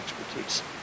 expertise